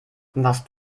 warst